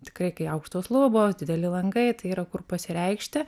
tikrai kai aukštos lubos dideli langai tai yra kur pasireikšti